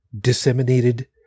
disseminated